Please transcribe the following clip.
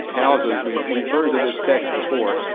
tells us, we've referred to this text before,